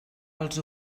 els